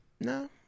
no